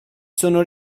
sono